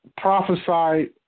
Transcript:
prophesied